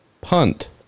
punt